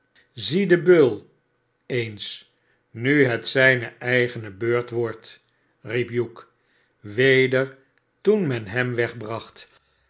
zie den beul eens nu het zijne eigene beurt wordt riep hugh weder toen men hem wegbracht